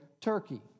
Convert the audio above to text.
Turkey